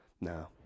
No